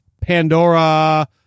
Pandora